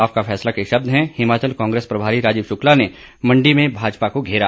आपका फैसला के शब्द हैं हिमाचल कांग्रेस प्रभारी राजीव शुक्ला ने मंडी में भाजपा को घेरा